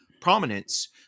prominence